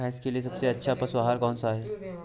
भैंस के लिए सबसे अच्छा पशु आहार कौन सा है?